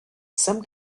some